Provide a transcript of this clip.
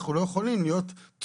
אנחנו לא יכולים להיות תלויים,